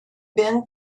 been